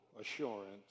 assurance